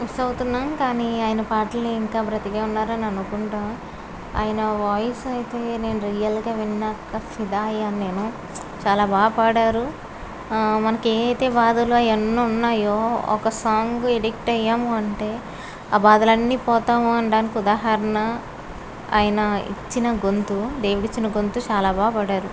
miss అవుతున్నాం కానీ ఆయన పాటల్లో ఇంక బ్రతికే ఉన్నారు అని అనుకుంటున్నాం ఆయన వాయిస్ అయితే నేను రియల్గా విన్నాక ఫిదా అయ్యాను నేను చాలా బాగా పాడారు మనకి ఏ అయితే బాధలు అయన్ని ఉన్నాయో ఒక సాంగ్ ఎడిక్ట్ అయ్యాము అంటే ఆ బాధలు అన్నీ పోతాయి అనడానికి ఉదాహరణ ఆయన ఇచ్చిన గొంతు దేవుడిచ్చిన గొంతు చాలా బాగా పాడారు